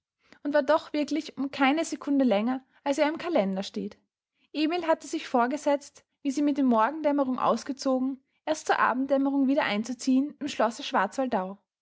und war doch wirklich um keine secunde länger als er im kalender steht emil hatte sich vorgesetzt wie sie mit der morgen dämmerung ausgezogen erst zur abend dämmerung wieder einzuziehen im schlosse schwarzwaldau